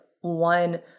one